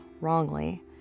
wrongly